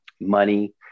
money